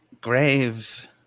grave